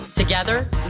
Together